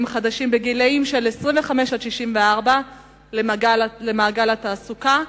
חדשים בגילים 25 64 למעגל התעסוקה.